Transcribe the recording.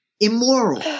Immoral